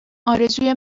ارزوی